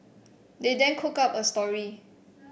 they then cooked up a story